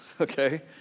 okay